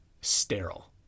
sterile